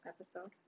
episode